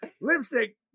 lipstick